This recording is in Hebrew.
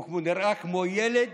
הוא נראה כמו ילד,